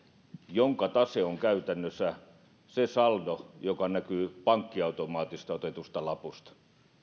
jonka tase on käytännössä se saldo joka näkyy pankkiautomaatista otetusta lapusta